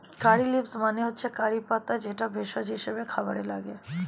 কারী leaves মানে হচ্ছে curry পাতা যেটা ভেষজ হিসেবে খাবারে লাগে